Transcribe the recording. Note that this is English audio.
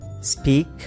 speak